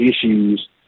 issues